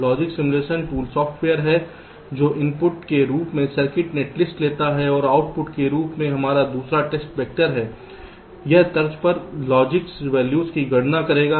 logic simulation tool software है जो input के रूप में सर्किट नेटलिस्ट लेता है और आउटपुट के रूप में हमारा टेस्ट वेक्टर है यह तर्ज पर लॉजिक वैल्यूज की गणना करेगा